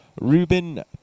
Rubin